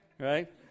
Right